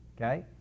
Okay